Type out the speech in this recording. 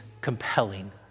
compelling